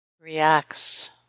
reacts